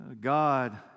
God